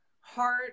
heart